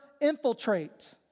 infiltrate